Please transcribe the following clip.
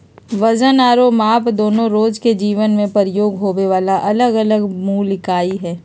वजन आरो माप दोनो रोज के जीवन मे प्रयोग होबे वला अलग अलग मूल इकाई हय